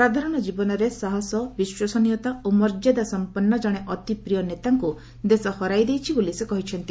ସାଧାରଣ ଜୀବନରେ ସାହସ ବିଶ୍ୱସନୀୟତା ଓ ମର୍ଯ୍ୟାଦା ସମ୍ପନ୍ନ ଜଣେ ଅତି ପ୍ରିୟ ନେତାଙ୍କୁ ଦେଶ ହରାଇଦେଇଛି ବୋଲି ସେ କହିଛନ୍ତି